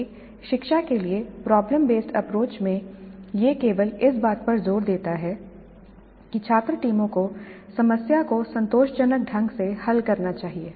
जबकि शिक्षा के लिए प्रॉब्लम बेसड अप्रोच में यह केवल इस बात पर जोर देता है कि छात्र टीमों को समस्या को संतोषजनक ढंग से हल करना चाहिए